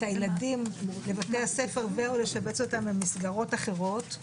הילדים לבתי-הספר או לשבץ אותם למסגרות אחרות,